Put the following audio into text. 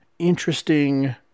interesting